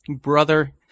brother